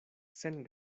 sen